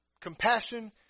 compassion